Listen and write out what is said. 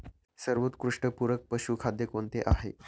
सर्वोत्कृष्ट पूरक पशुखाद्य कोणते आहे?